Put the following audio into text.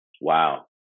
Wow